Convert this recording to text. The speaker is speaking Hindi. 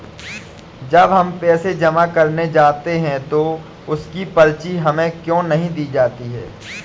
जब हम पैसे जमा करने जाते हैं तो उसकी पर्ची हमें क्यो नहीं दी जाती है?